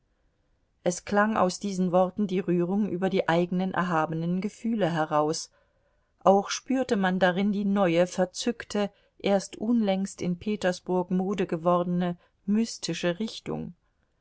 es klang aus diesen worten die rührung über die eigenen erhabenen gefühle heraus auch spürte man darin die neue verzückte erst unlängst in petersburg mode gewordene mystische richtung